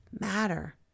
matter